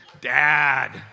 dad